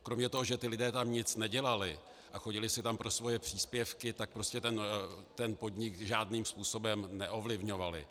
Kromě toho, že ti lidé tam nic nedělali a chodili si tam pro svoje příspěvky, tak prostě ten podnik žádným způsobem neovlivňovali.